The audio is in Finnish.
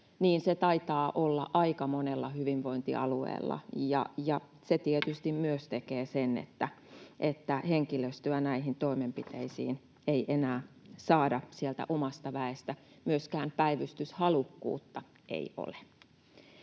Niin se taitaa olla aika monella hyvinvointialueella, ja se tietysti myös tekee sen, että henkilöstöä näihin toimenpiteisiin ei enää saada sieltä omasta väestä, myöskään päivystyshalukkuutta ei ole.